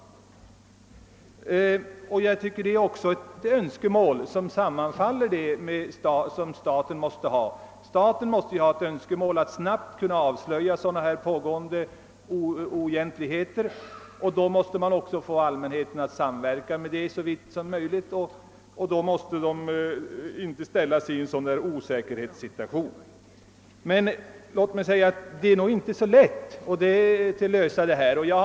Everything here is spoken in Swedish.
Jag tycker att detta önskemål också måste sammanfalla med statens önskemål, som inte kan vara något annat än att snabbt kunna avslöja sådana här oegentligheter. Då måste man också få allmänheten att samverka så långt som möjligt, och detta förutsätter att någon osäkerhetssituation inte föreligger. Jag förstår att det inte är så lätt att lösa problemet.